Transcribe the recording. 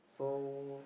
so